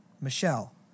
Michelle